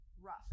rough